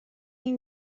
این